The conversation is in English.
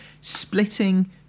splitting